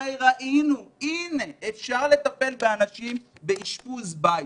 הרי ראינו שאפשר לטפל באנשים באשפוז בית